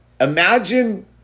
Imagine